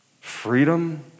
freedom